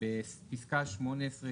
בפיסקה 18,